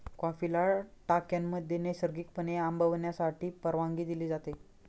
कॉफीला टाक्यांमध्ये नैसर्गिकपणे आंबवण्यासाठी परवानगी दिली जाते